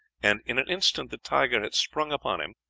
and in an instant the tiger had sprung upon him,